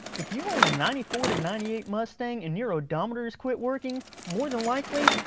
if you own a ninety four to ninety eight mustang and your odometer's quit working, more than likely,